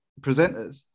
presenters